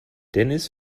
dennis